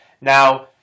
Now